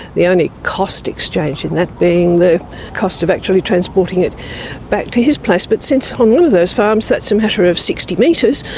the only cost exchange in that being the cost of actually transporting it back to his place. but since on um one of those farms that's a matter of sixty metres